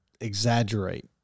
exaggerate